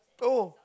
oh